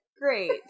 Great